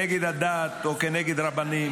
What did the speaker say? נגד הדת או נגד רבנים,